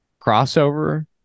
crossover